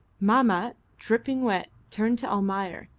mahmat, dripping wet, turned to almayer,